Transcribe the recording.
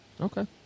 Okay